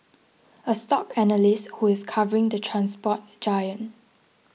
a stock analyst who is covering the transport giant